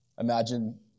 imagine